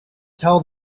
tell